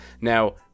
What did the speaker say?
now